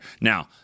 Now